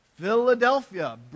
philadelphia